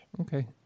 Okay